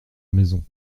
maison